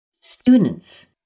students